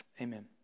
Amen